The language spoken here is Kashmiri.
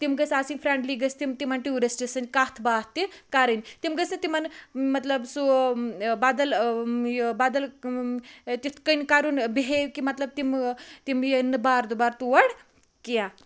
تِم گٔژھ آسٕنۍ فرنڈلی گٔژھ تِم تِمَن ٹیورِسٹَن سۭتۍ کتھ باتھ تہِ کِرٕنۍ تِم گٔژھ نہٕ تِمَن مَطلَب سُہ بَدَل یہِ بَدَل تِتھ کنۍ کَرُن بِہیو کہِ مَطلَب تِم تِم یِن نہٕ باردُبار تور کینٛہہ